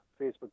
Facebook